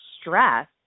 stress